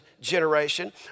generation